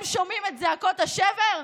הם שומעים את זעקות השבר?